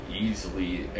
easily